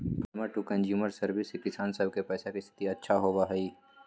farmer to consumer service से किसान सब के पैसा के स्थिति अच्छा होबा हई